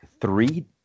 three